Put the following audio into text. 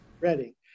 Ready